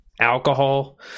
alcohol